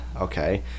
okay